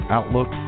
Outlook